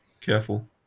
careful